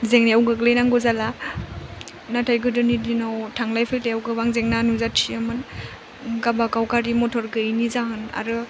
जेंनायाव गोग्लैनांगौ जाला नाथाय गोदोनि दिनाव थांलाय फैलायाव गोबां जेंना नुजाथियोमोन गावबागाव गारि मटर गैयैनि जाहोन आरो